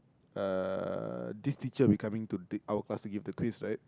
uh this teacher becoming to dig our class to give the quiz right